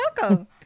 welcome